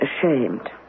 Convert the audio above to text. ashamed